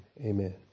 Amen